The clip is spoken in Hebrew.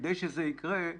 כדי שזה יקרה,